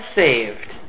saved